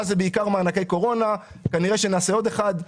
זה בעיקר מענק קורונה וכנראה שנעשה עוד אחד.